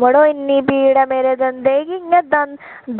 मड़े इन्नी पीड़ ऐ मेरे दंदें गी कि इंया